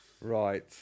Right